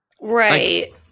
Right